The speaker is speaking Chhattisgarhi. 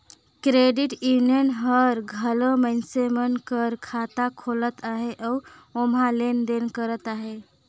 क्रेडिट यूनियन हर घलो मइनसे मन कर खाता खोलत अहे अउ ओम्हां लेन देन करत अहे